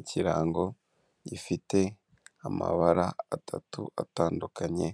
Ikirango gifite amabara atatu atandukanye,